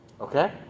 okay